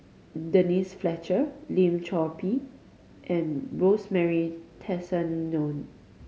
Denise Fletcher Lim Chor Pee and Rosemary Tessensohn